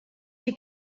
she